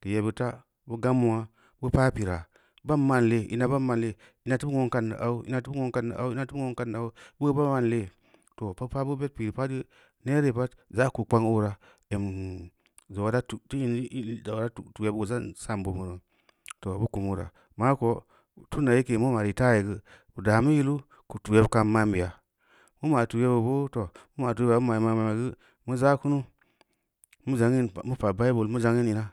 keu yebbid ta bu gam nullongna bu paa pira bam ma’n lee ma bam ma’a lee ma teu bu nulong kadn de au, ina teu bu muong kada de au, ina teu bu muong kadn de au, boo baa mop n lee, too, bu paa bu bed pireui pad geu neere pad za’ ko kpang oora emmi zongna ra tu da in lii zangna da tu yebo za’n sam bobm moo, geu bu kum uleura maako tunda yake mu ma retire geu bu daa mu yilu geu tu yeb kam ma’n beya, mu ma’ tu yebu bra too, mu ma’ tu’aa ma’ ma’ ma’ ma’ geu, mu za’ kunu, mu zangin mu pa’ bable mu zangin ina.